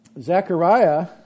Zechariah